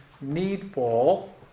needful